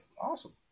Awesome